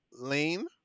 lane